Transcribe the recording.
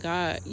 God